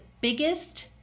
biggest